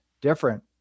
different